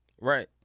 Right